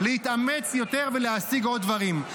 להתאמץ יותר ולהשיג עוד דברים.